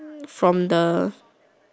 from the